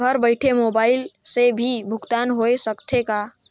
घर बइठे मोबाईल से भी भुगतान होय सकथे का?